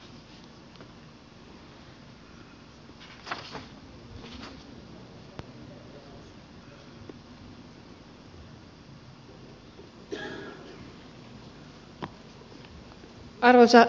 arvoisa herra puhemies